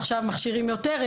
עכשיו מכשירים יותר,